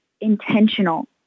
intentional